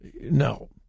No